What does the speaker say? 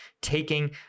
taking